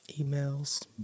emails